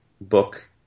book